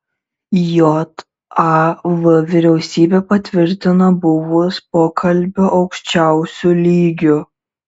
jav vyriausybė patvirtino buvus pokalbio aukščiausiu lygiu